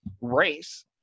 race